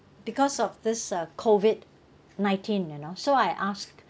because of this uh COVID nineteen you know so I asked